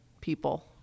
people